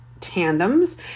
tandems